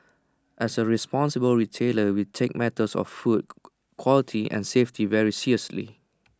as A responsible retailer we take matters of food quality and safety very seriously